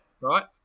Right